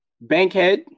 Bankhead